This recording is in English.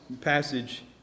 passage